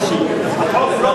פואד.